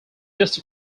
just